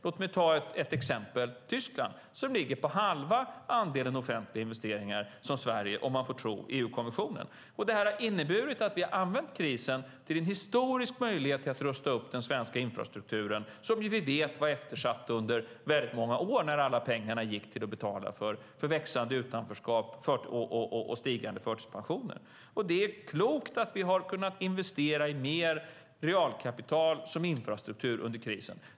Låt mig ta exemplet Tyskland, som ligger på halva andelen offentliga investeringar i förhållande till Sverige om man får tro EU-kommissionen. Det här innebär att vi har använt krisen till en historisk möjlighet att rusta upp den svenska infrastrukturen, som vi ju vet var eftersatt under många år då alla pengar gick åt till att betala för växande utanförskap och stigande förtidspensioner. Det är klokt att vi har kunnat investera i mer realkapital som infrastruktur under krisen.